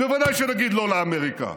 בוודאי שנגיד לא לאמריקה.